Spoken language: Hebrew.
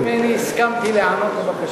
ביקשו ממני, הסכמתי להיענות לבקשה.